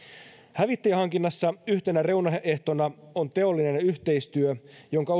hävittäjähankinnassa yhtenä reunaehtona on teollinen yhteistyö jonka